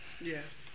Yes